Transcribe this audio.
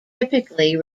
typically